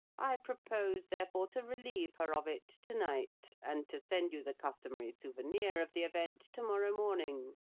i propose, therefore, to relieve her of it to-night, and to send you the customary souvenir of the event to-morrow morning.